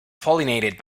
pollinated